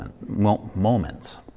moments